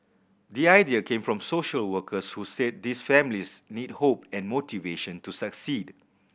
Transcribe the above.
the idea came from social workers who said these families need hope and motivation to succeed